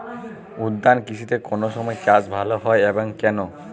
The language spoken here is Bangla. উদ্যান কৃষিতে কোন সময় চাষ ভালো হয় এবং কেনো?